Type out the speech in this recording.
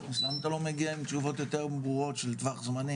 אז למה אתה לא מגיע עם תשובות יותר ברורות של טווח זמנים,